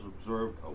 observed